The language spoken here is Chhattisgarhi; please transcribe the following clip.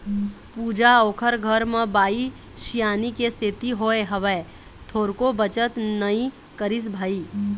पूरा ओखर घर म बाई सियानी के सेती होय हवय, थोरको बचत नई करिस भई